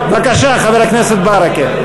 בבקשה, חבר הכנסת ברכה.